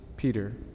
Peter